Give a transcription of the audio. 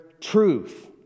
truth